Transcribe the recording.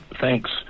Thanks